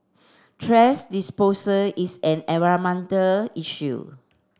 thrash disposal is an environmental issue